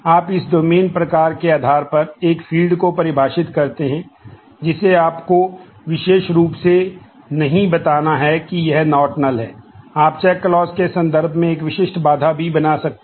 आप इस डोमेन में निर्दिष्ट होता है